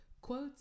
quotes